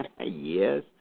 Yes